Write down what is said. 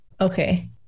Okay